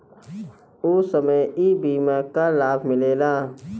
ऊ समय ई बीमा कअ लाभ मिलेला